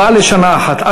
4. 4 לשנה אחת.